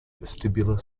vestibular